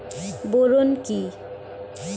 Boron কি?